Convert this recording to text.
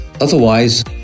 otherwise